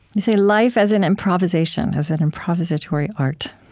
you say, life as an improvisation, as an improvisatory art.